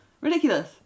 Ridiculous